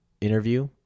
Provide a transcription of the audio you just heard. interview